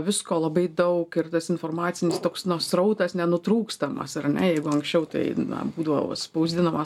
visko labai daug ir tas informacinis toks na srautas nenutrūkstamas ar ne jeigu anksčiau tai na būdavo spausdinamas